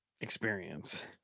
experience